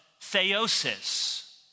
theosis